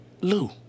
Lou